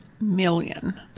million